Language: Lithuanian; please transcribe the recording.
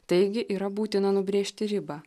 taigi yra būtina nubrėžti ribą